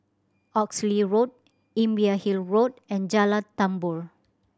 Oxley Road Imbiah Hill Road and Jalan Tambur